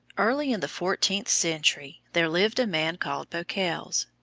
early in the fourteenth century there lived a man called beukels.